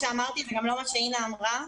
וזה גם לא מה שאינה אמרה.